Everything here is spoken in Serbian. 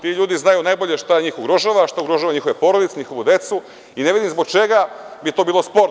Ti ljudi znaju najbolje šta njih ugrožava, šta ugrožava njihove porodice, njihovu decu i ne vidim zbog čega bi to bilo sporno.